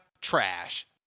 trash